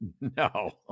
No